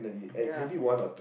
ya ya